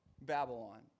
Babylon